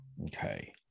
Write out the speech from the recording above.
Okay